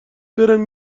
برم